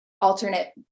alternate